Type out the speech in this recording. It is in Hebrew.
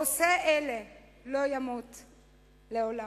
עושה אלה לא יימוט לעולם.